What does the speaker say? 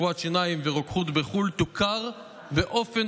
רפואת שיניים ורוקחות בחו"ל תוכר באופן